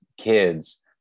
kids